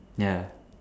ya